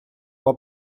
può